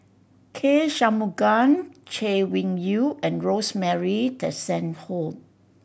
K Shanmugam Chay Weng Yew and Rosemary Tessensohn